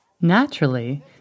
Naturally